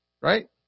right